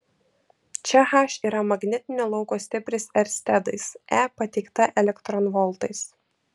čia h yra magnetinio lauko stipris erstedais e pateikta elektronvoltais